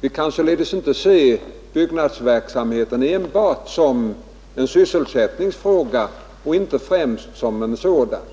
Vi kan således inte se byggnadsverksamheten enbart eller främst som en sysselsättningsfråga.